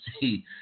see